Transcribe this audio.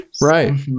Right